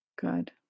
Good